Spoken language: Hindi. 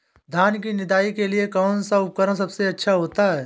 धान की निदाई के लिए कौन सा उपकरण सबसे अच्छा होता है?